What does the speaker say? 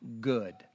good